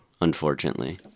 Unfortunately